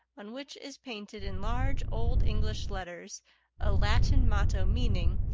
on which is painted in large old english letters a latin motto meaning,